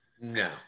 No